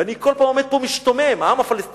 ואני כל פעם עומד פה משתומם: העם הפלסטיני,